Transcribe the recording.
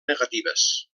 negatives